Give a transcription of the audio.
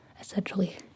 essentially